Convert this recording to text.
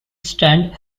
stand